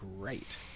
great